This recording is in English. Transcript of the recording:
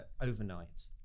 overnight